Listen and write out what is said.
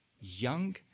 young